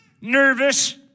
nervous